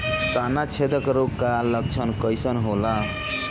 तना छेदक रोग का लक्षण कइसन होला?